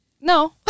no